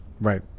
Right